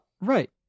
Right